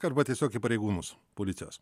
arba tiesiog į pareigūnus policijos